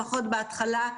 לפחות בהתחלה,